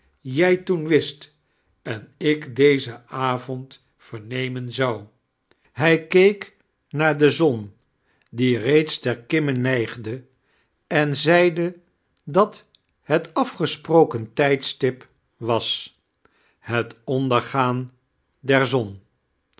jij toen wist en ik dezen avond verneman zou hij keek naar da son die reeds ter kimme neigde en zedde dat hat afgesproken tijdstip was het ondergaan dear zon